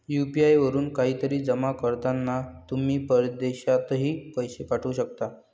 UPI वरून काहीतरी जमा करताना तुम्ही परदेशातही पैसे पाठवू शकता